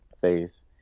phase